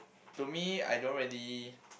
to me I don't really